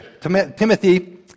Timothy